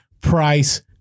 Price